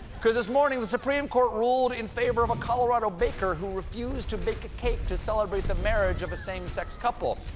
cuz this morning the supreme court ruled in favor of a colorado baker who refused to bake a cake to celebrate the marriage of a same-sex couple.